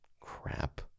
crap